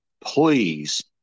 Please